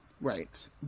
Right